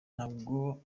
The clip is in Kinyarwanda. ntabwo